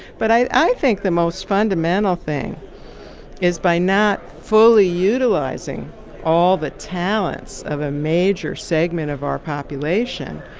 but i think the most fundamental thing is by not fully utilizing all the talents of a major segment of our population,